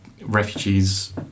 refugees